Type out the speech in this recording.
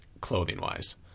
clothing-wise